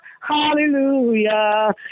Hallelujah